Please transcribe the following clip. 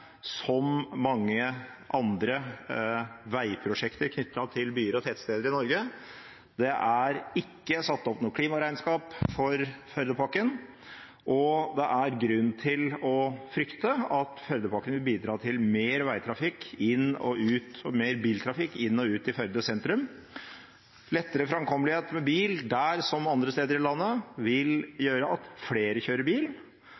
som mange andre veiprosjekter knyttet til byer og tettsteder i Norge – det er ikke satt opp noe klimaregnskap for Førdepakken, og det er grunn til å frykte at Førdepakken vil bidra til mer veitrafikk og mer biltrafikk inn og ut i Førde sentrum. Lettere framkommelighet med bil, der som andre steder i landet, vil gjøre at flere kjører bil.